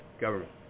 government